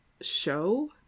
show